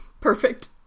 Perfect